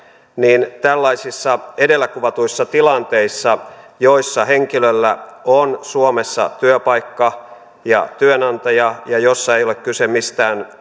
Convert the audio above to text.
niin tällaisissa edellä kuvatuissa tilanteissa joissa henkilöllä on suomessa työpaikka ja työnantaja ja joissa ei ole kyse mistään